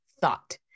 thought